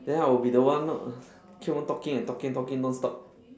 then I'll be the one keep on talking and talking non-stop